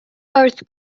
wrth